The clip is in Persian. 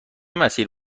مسیری